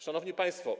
Szanowni Państwo!